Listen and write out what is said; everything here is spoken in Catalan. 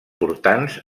portants